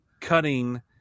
cutting